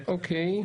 אוקיי.